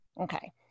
Okay